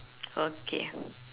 okay